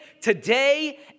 today